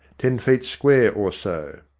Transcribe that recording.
ten feet square or so.